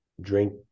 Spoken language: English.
drink